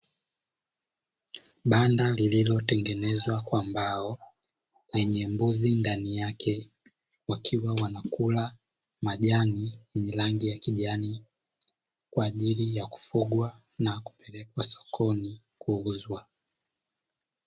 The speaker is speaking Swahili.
Banda lililotengenezwa kwa mbao, lenye mbuzi ndani yake, wakiwa wanakula majani, yenye rangi ya kijani kwa ajili ya kufugwa na kupelekwa sokoni kuuzwa.